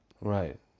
Right